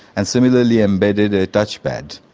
and similarly embedded a touchpad,